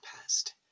past